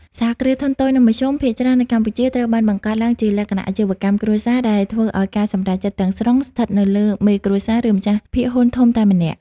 សហគ្រាសធុនតូច និងមធ្យម ភាគច្រើននៅកម្ពុជាត្រូវបានបង្កើតឡើងជាលក្ខណៈអាជីវកម្មគ្រួសារ ដែលធ្វើឱ្យការសម្រេចចិត្តទាំងស្រុងស្ថិតនៅលើមេគ្រួសារ ឬម្ចាស់ភាគហ៊ុនធំតែម្នាក់។